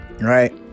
right